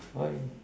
I